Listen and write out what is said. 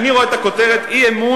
אני רואה את הכותרת: אי-אמון